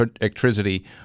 electricity